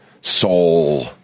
soul